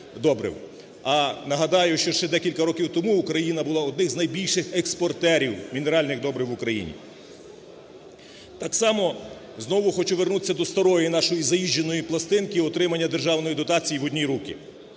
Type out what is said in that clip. А нагадаю, що ще декілька років тому Україна була однією з найбільших експортерів мінеральних добрив в Україні. Так само знову хочу вернутись до старої нашої "заїждженої пластинки" отримання державної дотації в одні руки.